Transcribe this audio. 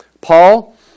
Paul